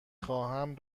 خواهم